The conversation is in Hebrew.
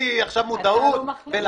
הוא מציע לי עכשיו מודעות?